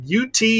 UT